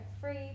free